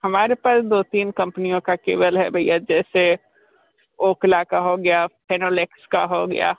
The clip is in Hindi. हमारे पास दो तीन कम्पनियों का केबल है भैया जैसे ओकला का हो गया फेनोलेक्स का हो गया